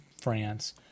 France